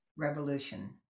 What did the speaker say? revolution